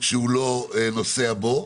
שהוא לא נוסע בו,